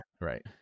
right